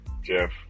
Jeff